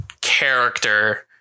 Character